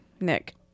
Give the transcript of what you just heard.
nick